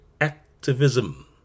activism